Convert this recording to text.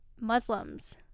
Muslims